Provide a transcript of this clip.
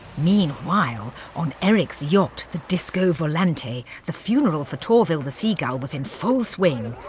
meanwhile, on eric's yacht, the disco volante, the funeral for torvill the seagull was in full swing.